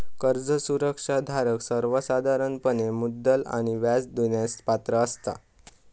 कर्ज सुरक्षा धारक सर्वोसाधारणपणे मुद्दल आणि व्याज देण्यास पात्र असता